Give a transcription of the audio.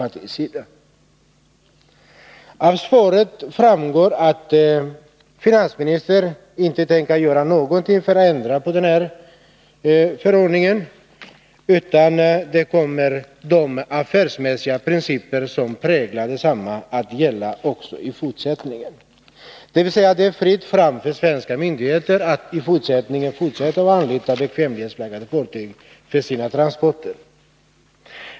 77 Av svaret framgår att finansministern inte tänker göra något för att ändra på den aktuella förordningen, utan de affärsmässiga principer som präglar densamma kommer att gälla också i fortsättningen. Det är alltså fritt fram för svenska myndigheter att fortsätta att anlita bekvämlighetsflaggade fartyg för sina transporter.